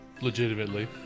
legitimately